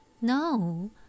No